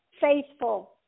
faithful